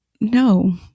No